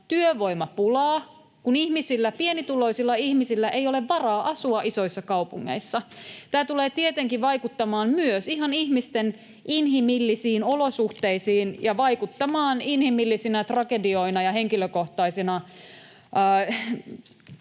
työvoimapulaa, kun ihmisillä, pienituloisilla ihmisillä, ei ole varaa asua isoissa kaupungeissa. Tämä tulee tietenkin vaikuttamaan myös ihan ihmisten inhimillisiin olosuhteisiin ja vaikuttamaan inhimillisinä tragedioina ja henkilökohtaisina